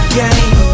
game